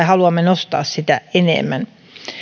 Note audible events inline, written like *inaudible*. *unintelligible* haluamme nostaa sitä enemmän